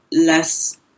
less